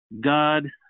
god